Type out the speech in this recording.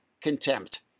contempt